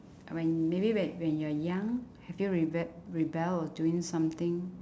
when maybe when when you're young have you rebe~ rebel while doing something